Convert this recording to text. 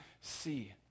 see